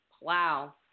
Wow